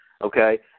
Okay